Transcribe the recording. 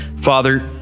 Father